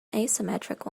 asymmetric